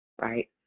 right